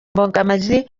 imbogamizi